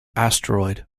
asteroid